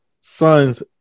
son's